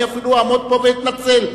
אני אפילו אעמוד פה ואתנצל.